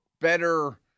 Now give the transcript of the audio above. better